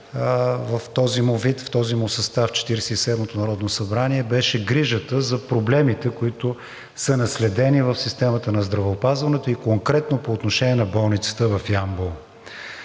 в този му вид, в този му състав – Четиридесет и седмото народно събрание, беше грижата за проблемите, които са наследени в системата на здравеопазването, и конкретно по отношение на болницата в Ямбол.